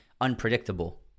unpredictable